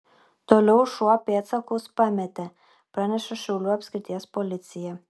toliau šuo pėdsakus pametė praneša šiaulių apskrities policija